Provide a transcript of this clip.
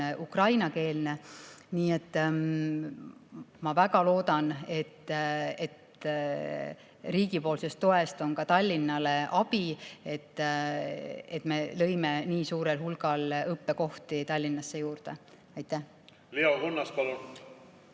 ukrainakeelne. Ma väga loodan, et riigipoolsest toest on ka Tallinnal abi. Me lõime suurel hulgal õppekohti Tallinnasse juurde. Leo